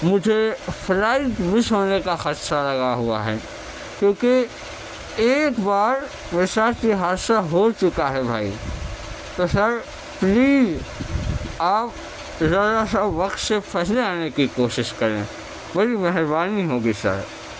مجھے flight miss ہونے کا خدشہ لگا ہوا ہے کیونکہ ایک بار میرے ساتھ یہ حادثہ ہوچکا ہے بھائی تو سر پلیز آپ ذرا سا وقت سے پہلے آنے کی کوشش کریں بڑی مہربانی ہوگی سر